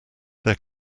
there